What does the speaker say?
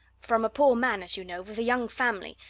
for i'm a poor man, as you know, with a young family,